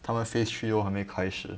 他们 phase three 都还没开始